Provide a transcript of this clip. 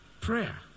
prayer